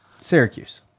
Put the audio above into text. Syracuse